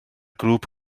grŵp